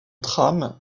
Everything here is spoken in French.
trame